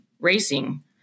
racing